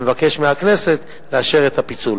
אני מבקש מהכנסת לאשר את הפיצול.